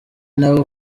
n’abo